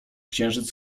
księżyc